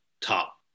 top